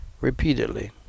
repeatedly